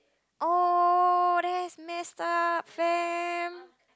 oh that's messed up fam